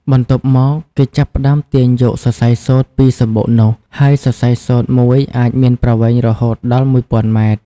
បន្ទាប់មក គេចាប់ផ្តើមទាញយកសរសៃសូត្រពីសំបុកនោះ ហើយសរសៃសូត្រមួយអាចមានប្រវែងរហូតដល់ ១០០០ ម៉ែត្រ។